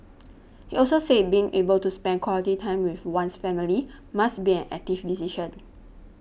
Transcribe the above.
he also said being able to spend quality time with one's family must be an active decision